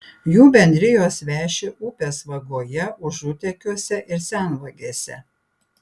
jų bendrijos veši upės vagoje užutekiuose ir senvagėse